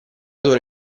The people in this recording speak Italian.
loro